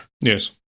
Yes